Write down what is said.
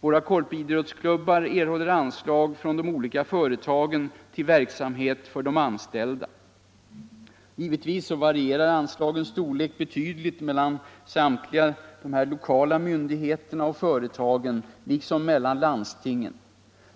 Våra Korpidrottsklubbar erhåller anslag från de olika företagen till verksamhet för de anställda. Givetvis varierar anslagens storlek betydligt mellan samtliga dessa lokala myndigheter och företag, liksom mellan landstingen.